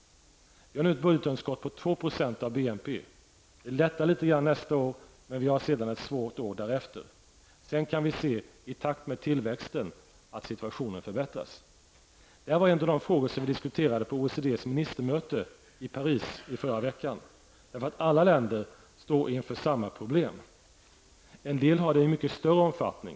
Vi har nu ett budgetunderskott om 2 % av BNP. Det lättar litet grand nästa år. Men året därefter blir ett svårt år. Sedan kan vi se att situationen förbättras i takt med tillväxten. Det är en av de frågor som vi diskuterade på OECDs ministermöte i Paris förra veckan. Alla länder står inför samma problem. I en del länder är problemet av mycket större omfattning.